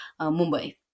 Mumbai